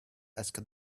asked